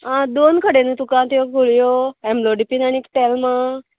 आं दोन कडेन न्हू तुका ते गुळयो एम्लोडिपीन आनी टेलमा